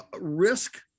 risk